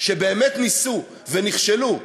שבאמת ניסו ונכשלו,